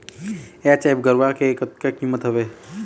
HF गरवा के कतका कीमत हवए?